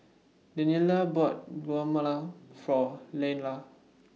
Daniele bought Guacamole For Leyla